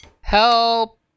Help